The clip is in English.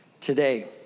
today